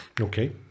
Okay